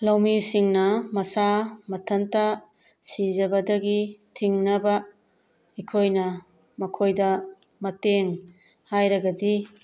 ꯂꯧꯃꯤꯁꯤꯡꯅ ꯃꯁꯥ ꯃꯊꯟꯇ ꯁꯤꯖꯕꯗꯒꯤ ꯊꯤꯡꯅꯕ ꯑꯩꯈꯣꯏꯅ ꯃꯈꯣꯏꯗ ꯃꯇꯦꯡ ꯍꯥꯏꯔꯒꯗꯤ